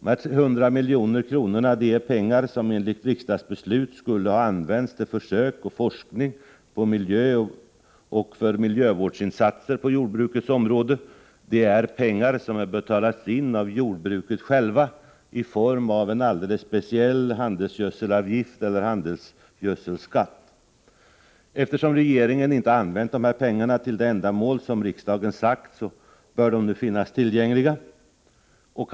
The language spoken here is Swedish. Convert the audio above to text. Dessa 100 miljoner är pengar som enligt riksdagsbeslut skulle ha använts till försöksverksamhet, forskning och miljövårdsinsatser på jordbrukets område och som betalats in av jordbruket självt i form av en alldeles speciell handelsgödselavgift eller handelsgödselskatt. Eftersom regeringen inte har använt pengarna till det ändamål som riksdagen sagt, bör de nu finnas tillgängliga.